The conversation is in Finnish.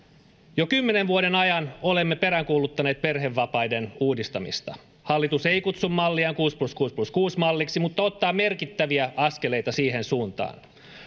jo kymmenen vuoden ajan olemme peräänkuuluttaneet perhevapaiden uudistamista hallitus ei kutsu malliaan kuusi plus kuusi plus kuusi malliksi mutta ottaa merkittäviä askeleita siihen suuntaan